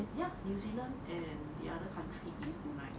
ya new zealand and the other country is brunei